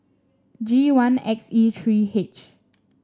G one X E three H